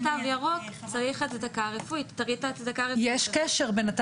את מדברת על חיסון.